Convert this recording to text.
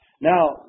Now